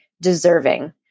deserving